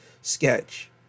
sketch